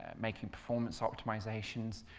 making performance optimizations.